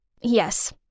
Yes